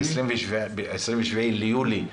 ב-27 ביולי,